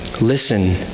Listen